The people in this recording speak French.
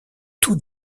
tout